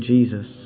Jesus